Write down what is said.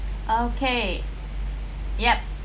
okay yup